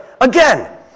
Again